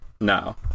No